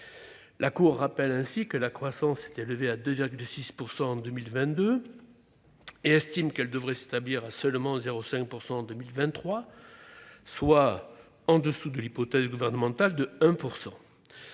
La Cour rappelle ainsi que la croissance s'est élevée à 2,6 % en 2022 et estime qu'elle devrait s'établir à seulement 0,5 % en 2023, soit en dessous de l'hypothèse gouvernementale de 1 %.